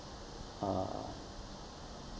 uh